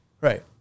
Right